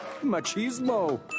machismo